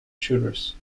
shooters